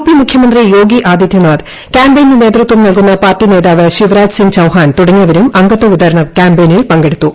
P മുഖ്യമന്ത്രി യോഗി ആദിത്യനാഥ് ക്യാമ്പയിന് നേതൃത്വം നൽകുന്ന പാർട്ടി നേതാവ് ശിവ്രാജ് സിങ് ചൌഹാൻ തുടങ്ങിയവരും അംഗത്വ വിതരണ ക്യാമ്പയിനിൽ പങ്കെടുത്തു